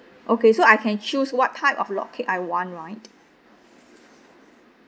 okay so I can choose what type of log cake I want right